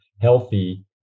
healthy